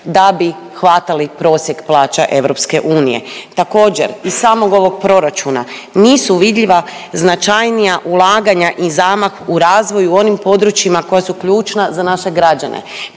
da bi hvatali prosjek plaća EU. Također iz samog ovog proračuna nisu vidljiva značajnija ulaganja i zamah u razvoju u onim područjima koja su ključna za naše građane.